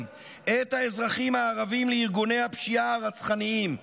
את האזרחים הערבים לארגוני הפשיעה הרצחניים.